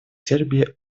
сербия